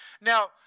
Now